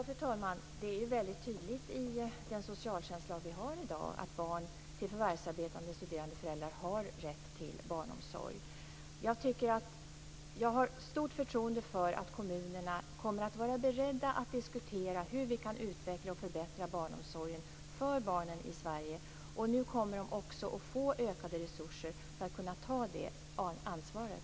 Fru talman! Det är ju väldigt tydligt i den socialtjänstlag vi har i dag att förvärvsarbetande eller studerande föräldrar har rätt till barnomsorg. Jag har stort förtroende för att kommunerna kommer att vara beredda att diskutera hur vi kan utveckla och förbättra barnomsorgen för barnen i Sverige. Nu kommer de också att få ökade resurser för att kunna ta det ansvaret.